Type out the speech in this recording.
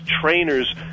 trainers